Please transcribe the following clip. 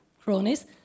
cronies